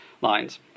lines